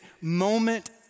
moment